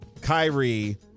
Kyrie